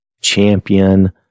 champion